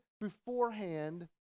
beforehand